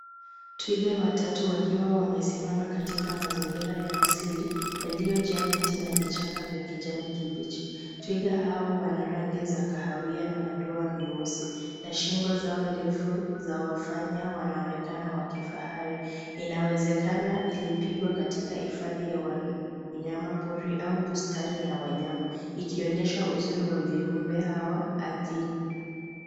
Twiga watatu wakiwa wamesimama katika mazingira ya asili yaliyojaa miti na vichaka vya kijani kibichi. Twiga hao wana rangi za kahawia na madoa meusi na shingo zao ndefu za wafanya wanaonekana wa kifahari. Inawezekana ilipigwa katika hifadhi ya wanyama pori au bustani ya wanyama ikionyesha uzuri wa viumbe hawa adhimu.